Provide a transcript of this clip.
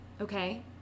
okay